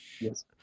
Yes